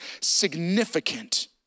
significant